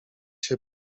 się